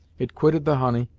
it quitted the honey,